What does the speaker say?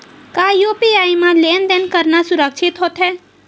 का यू.पी.आई म लेन देन करना सुरक्षित होथे?